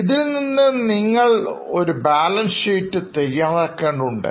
ഇതിൽ നിന്ന് നിങ്ങൾ ഒരു ബാലൻസ് ഷീറ്റ് തയ്യാറാക്കേണ്ടതുണ്ട്